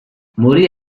morì